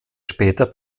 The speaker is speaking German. später